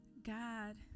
God